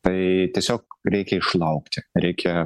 tai tiesiog reikia išlaukti reikia